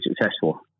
successful